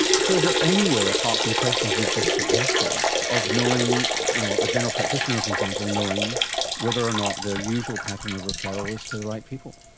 so is there any way, apart from the questions you've just suggested, of knowing, you know a general practitioner, for example, knowing whether or not their usual pattern of referral is to the right people?